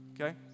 Okay